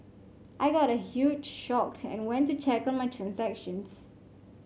I got a huge shocked and went to check on my transactions